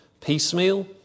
piecemeal